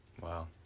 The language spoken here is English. Wow